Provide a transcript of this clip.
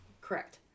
Correct